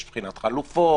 יש בחינת חלופות.